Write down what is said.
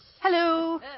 Hello